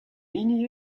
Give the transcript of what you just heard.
hini